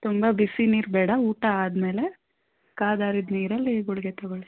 ತುಂಬ ಬಿಸಿ ನೀರು ಬೇಡ ಊಟ ಆದಮೇಲೆ ಕಾದಾರಿದ ನೀರಲ್ಲಿ ಗುಳಿಗೆ ತಗೊಳ್ಳಿ